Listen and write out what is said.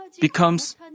becomes